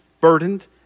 burdened